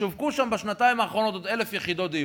שווקו שם בשנתיים האחרונות עוד 1,000 יחידות דיור,